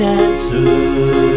answer